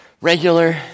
regular